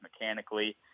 mechanically